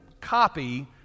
copy